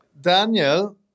Daniel